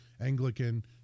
Anglican